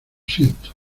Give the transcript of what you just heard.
siento